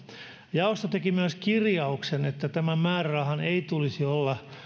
jaosto teki myös kirjauksen että tämän määrärahan ei tulisi olla